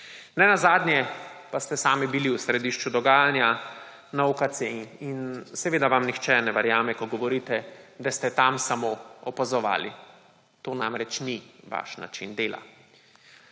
Nenazadnje pa ste sami bili v središču dogajanja na OKC in seveda vam nihče ne verjame, ko govorite, da ste tam samo opazovali, to namreč ni vaš način dela.